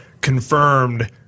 confirmed